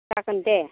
जागोन दे